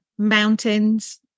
mountains